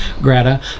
greta